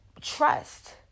trust